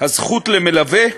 הזכות למלווה,